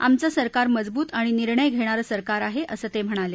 आमचं सरकार मजब्त आणि निर्णय घेणारं सरकार आहे असं ते म्हणाले